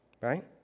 right